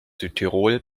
südtirol